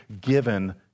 given